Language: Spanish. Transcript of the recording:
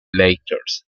lakers